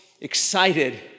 excited